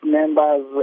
members